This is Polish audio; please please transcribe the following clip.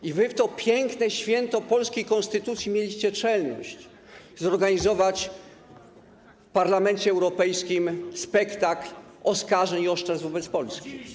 I wy w to piękne święto polskiej konstytucji mieliście czelność zorganizować w Parlamencie Europejskim spektakl oskarżeń i oszczerstw wobec Polski.